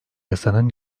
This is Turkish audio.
yasanın